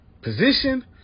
position